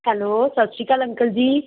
hello Sat Sri Akal uncle ਜੀ